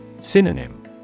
Synonym